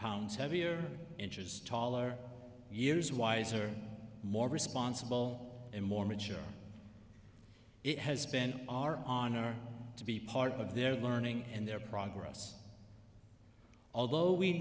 pounds heavier inches taller years wiser more responsible and more mature it has been our honor to be part of their learning and their progress although we